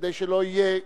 כדי שלא יהיה גוש.